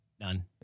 None